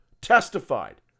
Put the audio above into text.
testified